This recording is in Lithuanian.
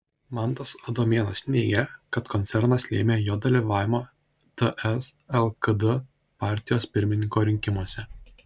mantas adomėnas neigia kad koncernas lėmė jo dalyvavimą ts lkd partijos pirmininko rinkimuose